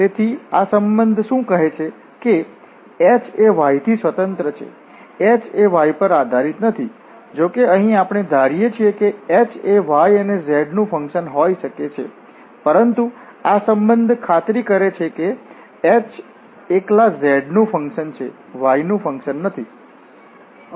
તેથી આ સંબંધ શું કહે છે કે h એ y થી સ્વતંત્ર છે h એ y પર આધારિત નથી જોકે અહીં આપણે ધારીએ છીએ કે h એ y અને z નું ફંક્શન હોય શકે છે પરંતુ આ સંબંધ ખાતરી કરે છે કે h એકલા z નું ફંક્શન છે y નું ફંક્શન નથી